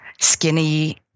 skinny